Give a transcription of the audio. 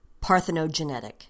parthenogenetic